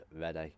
ready